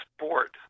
sport